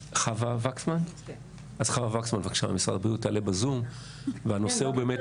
וקסמן ממשרד הבריאות תעלה בזום והנושא הוא באמת